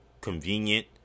convenient